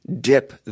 dip